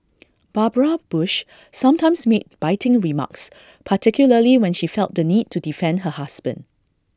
Barbara bush sometimes made biting remarks particularly when she felt the need to defend her husband